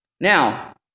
Now